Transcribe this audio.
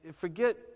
Forget